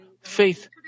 faith